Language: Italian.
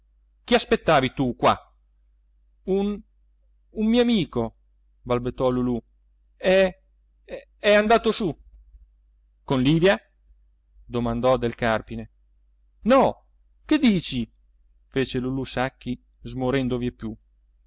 chi aspettavi tu qua un un mio amico balbettò lulù è è andato su con livia domandò del carpine no che dici fece lulù sacchi smorendo vieppiù ma